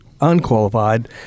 unqualified